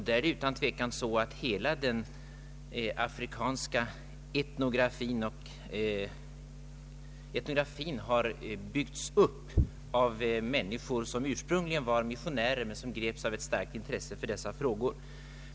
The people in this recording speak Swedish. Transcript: Det är utan tvekan så att hela den afrikanska etnografin har byggts upp av människor som var missionärer men som greps av ett starkt intresse för dessa frågor.